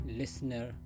listener